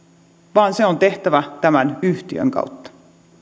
se on tehtävä tämän yhtiön kautta